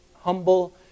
humble